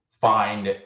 find